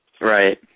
Right